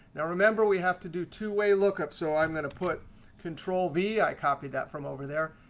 now remember, we have to do two-way lookup. so i'm going to put control v. i copied that from over there.